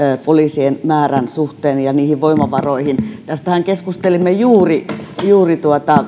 poliisien määrän suhteen ja niihin voimavaroihin näistä poliisien resursseistahan keskustelimme juuri juuri